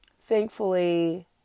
thankfully